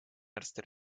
erster